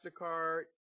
MasterCard